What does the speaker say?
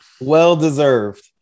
Well-deserved